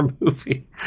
movie